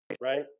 right